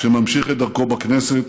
שממשיך את דרכו בכנסת,